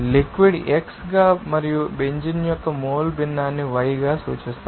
liquid ాన్ని x గా మరియు బెంజీన్ యొక్క మోల్ భిన్నాన్ని y గా సూచిస్తారు